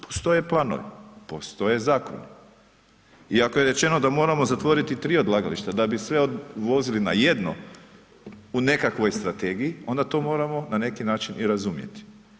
Postoje planovi, postoje zakoni i ako je rečeno da moramo zatvoriti 3 odlagališta da bi sve odvozili na jedno u nekakvoj strategiji onda to moramo na neki način i razumjeti.